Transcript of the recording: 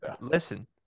listen